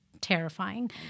terrifying